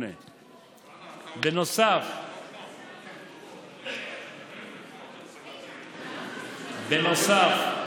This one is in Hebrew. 1988. בנוסף,